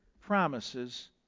promises